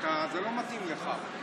אתה, זה לא מתאים לך.